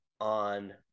on